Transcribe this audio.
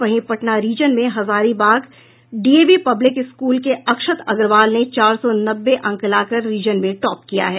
वहीं पटना रीजन में Hazaribagh DAV public school के अक्षत अग्रवाल ने चार सौ नब्बे अंक लाकर रीजन में टॉप किया है